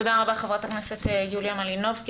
תודה רבה, חברת הכנסת יוליה מלינובסקי.